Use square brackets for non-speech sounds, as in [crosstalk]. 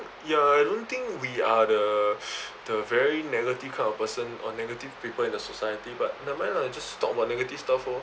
ya I don't think we are the [breath] the very negative kind of person or negative people in the society but never mind lah just talk about negative stuff lor